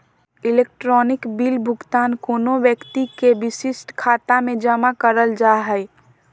electronic bill भुगतान कोनो व्यक्ति के विशिष्ट खाता में जमा करल जा हइ